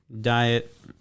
diet